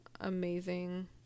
amazing